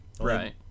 right